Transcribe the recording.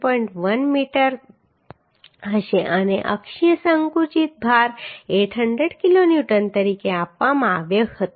1 metre હશે અને અક્ષીય સંકુચિત ભાર 800 કિલોન્યુટન તરીકે આપવામાં આવ્યો હતો